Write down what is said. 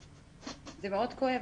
זה מאוד כואב.